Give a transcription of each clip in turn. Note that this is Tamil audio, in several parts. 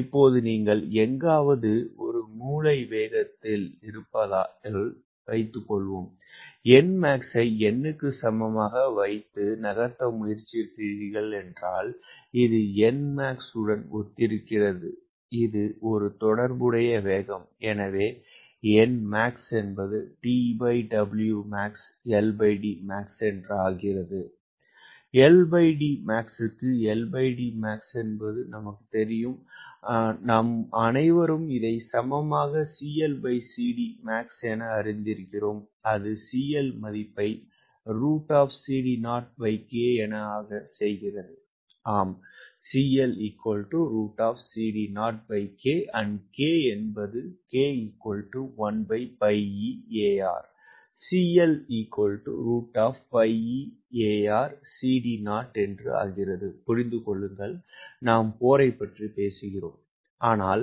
இப்போது நீங்கள் எங்காவது மூலை வேகத்தில் இருப்பதால் nmax ஐ n க்கு சமமாக வைத்து நகர்த்த முயற்சிக்கிறீர்கள் என்றால் இது nmax உடன் ஒத்திருக்கிறது இது ஒரு தொடர்புடைய வேகம் எனவே nmax LDmax க்கு LDmax என்பது நமக்குத் தெரியும் நாம் அனைவரும் இதை சமமாக CLCDmax அறிந்திருக்கிறோம் அது CL மதிப்பை ஆக சரிசெய்கிறது அதனால் புரிந்து கொள்ளுங்கள் நாம் போரைப் பற்றி பேசுகிறோம் ஆனால்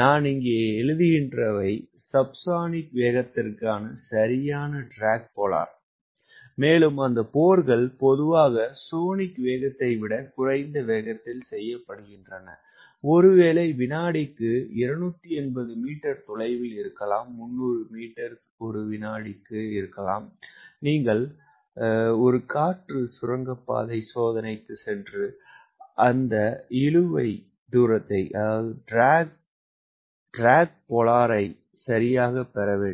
நான் இங்கே எழுதுகின்றனவை சஃபசோனிக் வேகத்திற்கான சரியான ட்ராக் போலார் மேலும் அந்த போர்கள் பொதுவாக சோனிக் வேகத்தை விட குறைந்த வேகத்தில் செய்யப்படுகின்றன ஒருவேளை வினாடிக்கு 280 மீட்டர் தொலைவில் இருக்கலாம் 300 மீட்டர் ஒரு வினாடிக்கு நீங்கள் விண்ட் டென்னெல் ஆய்வு சோதனைக்குச் சென்று அந்த ட்ராக் போலார் சரியாகப் பெற வேண்டும்